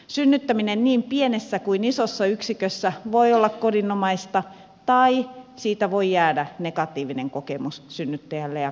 synnyttäminen niin pienessä kuin isossa yksikössä voi olla kodinomaista tai siitä voi jäädä negatiivinen kokemus synnyttäjälle ja koko perheelle